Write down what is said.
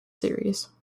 series